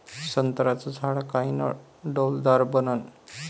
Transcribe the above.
संत्र्याचं झाड कायनं डौलदार बनन?